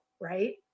right